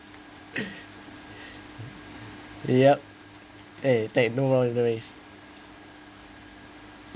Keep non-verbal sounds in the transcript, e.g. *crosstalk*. *breath* ya eh take notes in a way